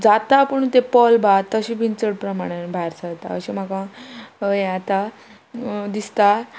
जाता पूण ते पोल भात तशें बी चड प्रमाणान भायर सरता अशें म्हाका हें जाता दिसता